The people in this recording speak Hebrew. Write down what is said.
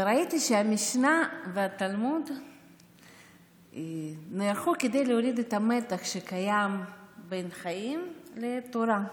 וראיתי שהמשנה והתלמוד נערכו כדי להוריד את המתח שקיים בין החיים לתורה.